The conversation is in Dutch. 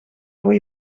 voor